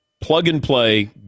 plug-and-play